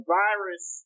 virus